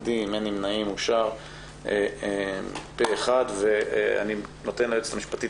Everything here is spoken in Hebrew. הצבעה בעד, פה אחד התיקון אושר.